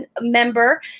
member